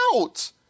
out